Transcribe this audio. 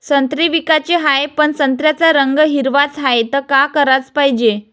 संत्रे विकाचे हाये, पन संत्र्याचा रंग हिरवाच हाये, त का कराच पायजे?